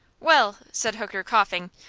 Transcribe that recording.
well, said hooker, coughing,